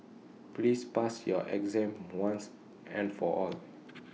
please pass your exam once and for all